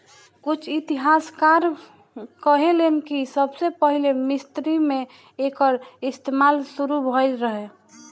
कुछ इतिहासकार कहेलेन कि सबसे पहिले मिस्र मे एकर इस्तमाल शुरू भईल रहे